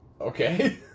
Okay